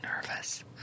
nervous